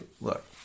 Look